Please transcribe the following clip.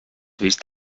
vist